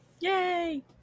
Yay